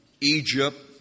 Egypt